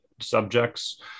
subjects